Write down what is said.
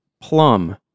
plum